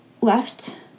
left